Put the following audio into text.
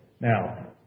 Now